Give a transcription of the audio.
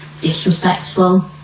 disrespectful